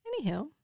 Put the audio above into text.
Anyhow